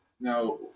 Now